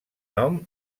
nom